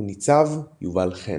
הוא ניצב יובל חן.